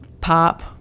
pop